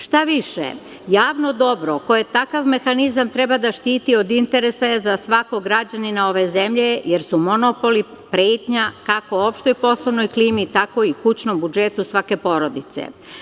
Šta više, javno dobro koje takav mehanizam treba da štiti od interesa je za svakog građanina ove zemlje, jer su monopoli pretnja, kako opštoj poslovnoj klimi, tako i kućnom budžetu svake porodice.